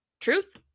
truth